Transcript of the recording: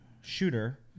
shooter